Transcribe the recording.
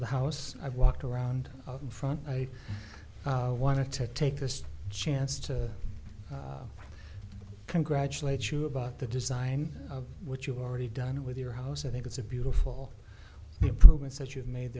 the house i've walked around in front i want to take this chance to congratulate you about the design of what you've already done with your house i think it's a beautiful improvements that you've made